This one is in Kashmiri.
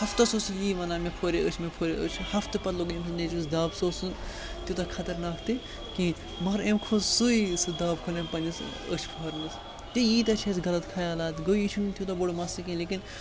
ہفتَس اوس یی وَنان مےٚ پھورے أچھ مےٚ پھورے أچھ ہفتہٕ پَتہٕ لوٚگ أمۍ سٕنٛدۍ نیٚچوِس دَب سُہ اوس نہٕ تیوٗتاہ خطرناک تہِ کِہیٖنۍ مگر أمۍ کھول سُے سُہ دَب کھول أمۍ پنٛنِس أچھ پھورنَس تہٕ ییٖتیٛاہ چھِ اَسہِ غلط خیالات گوٚو یہِ چھِنہٕ تیوٗتاہ بوٚڑ مسلہٕ کینٛہہ لیکِن